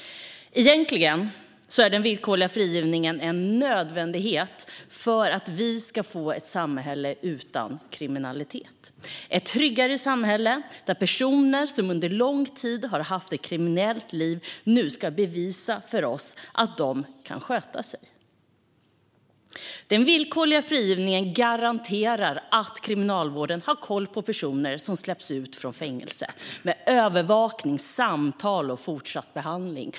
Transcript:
Egentligen är den villkorliga frigivningen en nödvändighet för att vi ska få ett samhälle utan kriminalitet - ett tryggare samhälle där personer som under lång tid har haft ett kriminellt liv nu ska bevisa för oss att de kan sköta sig. Den villkorliga frigivningen garanterar att Kriminalvården har koll på personer som släpps ut ur fängelser - med övervakning, samtal och fortsatt behandling.